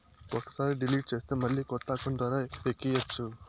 ఒక్కసారి డిలీట్ చేస్తే మళ్ళీ కొత్త అకౌంట్ ద్వారా ఎక్కియ్యచ్చు